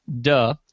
Duh